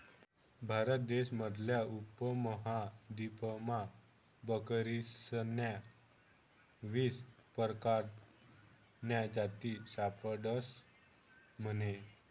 भारत देश मधला उपमहादीपमा बकरीस्न्या वीस परकारन्या जाती सापडतस म्हने